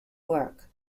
work